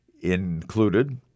included